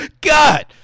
God